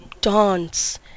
dance